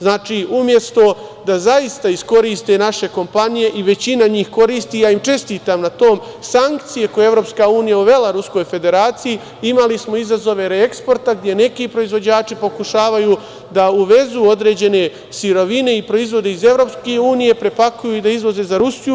Znači, umesto da zaista iskoriste naše kompanije, većina njih koristi, ja im čestitam na tom, sankcije koja je EU uvela Ruskoj Federaciji, imali smo izazove reeksporta gde neki proizvođači pokušavaju da uvezu određene sirovine i proizvode iz EU, prepakuju i izvoze za Rusiju.